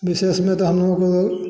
विशेष में तो हम लोग के इधर